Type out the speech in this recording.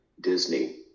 Disney